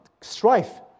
strife